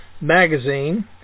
magazine